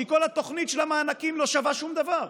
כי כל התוכנית של המענקים לא שווה שום דבר.